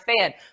fan